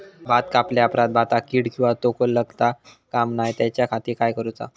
भात कापल्या ऑप्रात भाताक कीड किंवा तोको लगता काम नाय त्याच्या खाती काय करुचा?